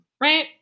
right